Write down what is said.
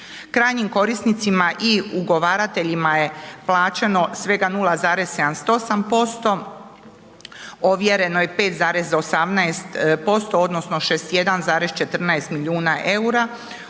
Krajnjim korisnicima i ugovarateljima je plaćeno svega 0,78%, ovjereno je 5,18% odnosno 61,14 milijuna EUR-a